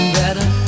better